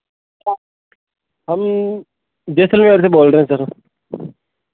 हम जैसलमेर से बोल रहे हैं सर